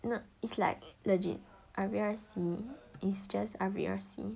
no it's like legit I realised he is just R_B_R_C